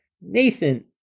Nathan